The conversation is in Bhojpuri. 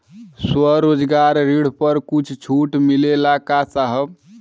स्वरोजगार ऋण पर कुछ छूट मिलेला का साहब?